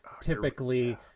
typically